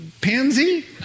pansy